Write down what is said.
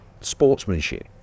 sportsmanship